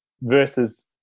versus